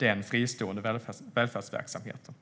den fristående välfärdsverksamheten.